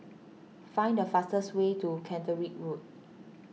find the fastest way to Caterick Road